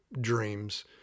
dreams